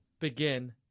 begin